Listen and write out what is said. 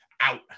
out